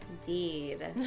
Indeed